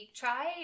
try